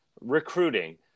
recruiting